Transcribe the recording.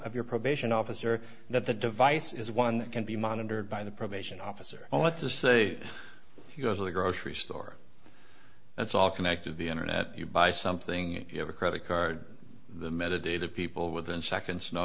of your probation officer that the device is one that can be monitored by the probation officer only to say you go to the grocery store it's all connected the internet you buy something if you have a credit card the meditative people within seconds know